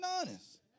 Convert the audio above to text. honest